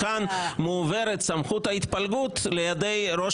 כאן מועברת סמכות ההתפלגות לידי ראש